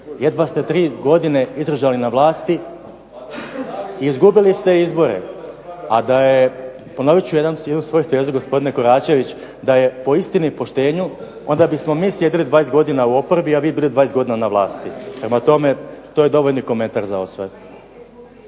Jedva ste tri godine izdržali na vlasti, izgubili ste izbore, a da je, ponovit ću jedan u cilju svojih teza gospodine Koračević da je po istini poštenju onda bismo mi sjedili 20 godina u oporbi, a vi bili na 20 godina na vlasti. Prema tome to je dovoljni komentar za ovo